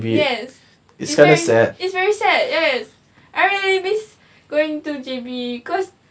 yes it's very it's very sad yes I really miss going to J_B cause